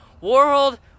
world